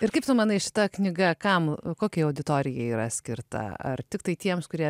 ir kaip tu manai šita knyga kam kokiai auditorijai yra skirta ar tiktai tiems kurie